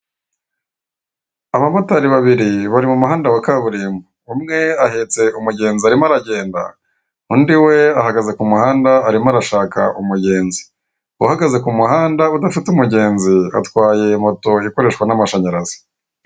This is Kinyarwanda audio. Abamotari babiri bari mu muhanda wa kaburimbo. Umwe ahetse umugenzi arimo aragenda, undi we ahagaze ku muhanda arimo arashaka umugenzi. Uhagaze ku muhanda udafite umugenzi atwaye moto ikoreshwa n'amashanyarazi.